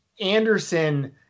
Anderson